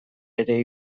bere